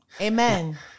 Amen